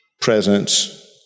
presence